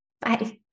Bye